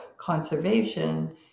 conservation